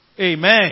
Amen